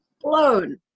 blown